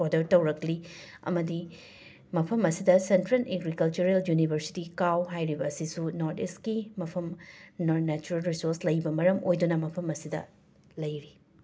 order ꯇꯧꯔꯛꯂꯤ ꯑꯃꯗꯤ ꯃꯐꯝ ꯑꯁꯤꯗ ꯁꯟꯇ꯭ꯔꯦꯟ ꯑꯦꯒ꯭ꯔꯤꯀꯜꯆꯔꯦꯜ ꯖꯨꯅꯤꯕꯔꯁꯤꯇꯤ ꯀꯥꯎ ꯍꯥꯏꯔꯤꯕ ꯑꯁꯤꯁꯨ ꯅꯣꯔꯠ ꯏꯁꯀꯤ ꯃꯐꯝ ꯅꯣꯟ ꯅꯦꯆꯔꯜ ꯔꯤꯁꯣꯔꯁ ꯂꯩꯕ ꯃꯔꯝ ꯑꯣꯏꯗꯨꯅ ꯃꯐꯝ ꯑꯁꯤꯗ ꯂꯩꯔꯤ